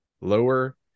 lower